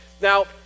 Now